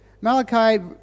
Malachi